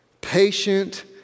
patient